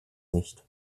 nicht